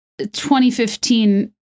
2015